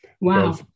Wow